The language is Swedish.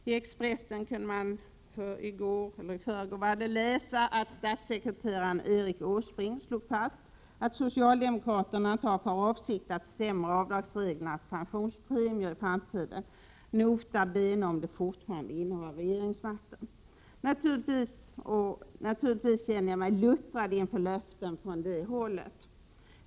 I Expressen kunde man i förrgår läsa att statssekreteraren Erik Åsbrink slog fast att socialdemokraterna inte har för avsikt att försämra avdragsreglerna för pensionspremier i framtiden, nota bene om socialdemokraterna fortfarande innehar regeringsmakten. Naturligtvis känner jag mig luttrad inför löften Prot. 1987/88:138 från det hållet.